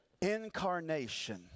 Incarnation